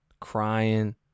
crying